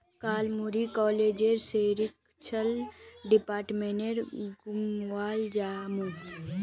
कल मुई कॉलेजेर सेरीकल्चर डिपार्टमेंट घूमवा जामु